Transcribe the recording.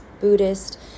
Buddhist